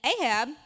Ahab